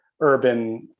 urban